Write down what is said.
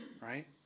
right